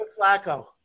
Flacco